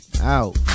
Out